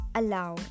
allow